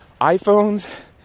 iPhones